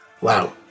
Wow